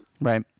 Right